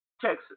Texas